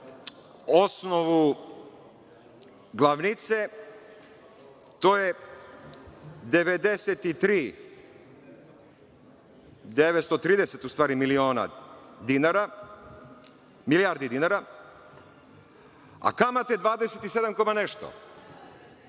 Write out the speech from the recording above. osnovu glavnice, to je 930 milijardi dinara, a kamate 27 koma nešto.